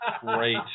Great